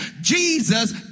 Jesus